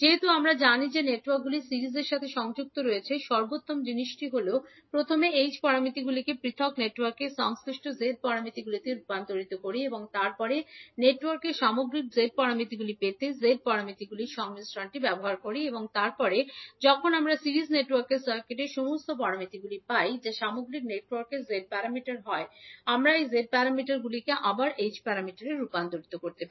যেহেতু আমরা জানি যে নেটওয়ার্কগুলি সিরিজের সাথে সংযুক্ত রয়েছে সর্বোত্তম জিনিসটি হল প্রথমে h প্যারামিটারগুলিকে পৃথক নেটওয়ার্কের সংশ্লিষ্ট z প্যারামিটারগুলিতে রূপান্তর করি এবং তারপরে নেটওয়ার্কের সামগ্রিক z প্যারামিটারগুলি পেতে z প্যারামিটারগুলির সংমিশ্রণটি ব্যবহার করি এবং তারপরে যখন আমরা সিরিজ নেটওয়ার্কের সার্কিটের সমস্ত প্যারামিটারগুলি পাই যা সামগ্রিক নেটওয়ার্কের z প্যারামিটার হয় আমরা এই z প্যারামিটারটিকে আবার h প্যারামিটারে রূপান্তর করতে পারি